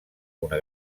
una